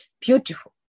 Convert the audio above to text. beautiful